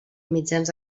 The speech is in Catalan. mitjans